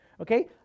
Okay